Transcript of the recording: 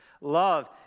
Love